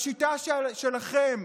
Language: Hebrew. בשיטה שלכם,